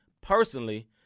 personally